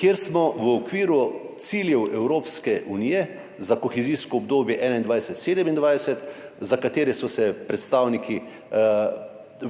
kjer smo v okviru ciljev Evropske unije za kohezijsko obdobje 2021–2027, za katere so se predstavniki